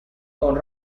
con